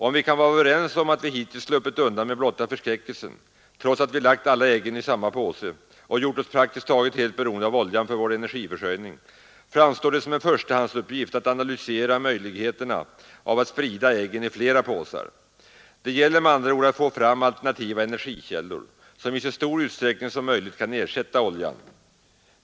Om vi kan vara överens om att vi hittills sluppit undan med blotta förskräckelsen, trots att vi lagt alla äggen i samma påse och gjort oss praktiskt taget helt beroende av oljan för vår energiförsörjning, framstår det som en förstahandsuppgift att analysera möjligheterna av att sprida äggen i flera påsar. Det gäller med andra ord att få fram alternativa energikällor, som i så stor utsträckning som möjligt kan ersätta oljan.